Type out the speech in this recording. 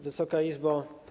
Wysoka Izbo!